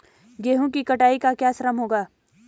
गेहूँ की कटाई का क्या श्रम होगा?